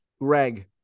Greg